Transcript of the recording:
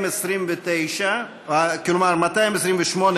ועד 228, כולל,